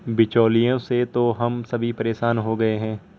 बिचौलियों से तो हम सभी परेशान हो गए हैं